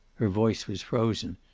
her voice was frozen.